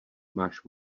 máš